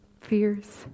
fears